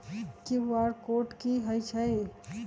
QR code कि हई छई?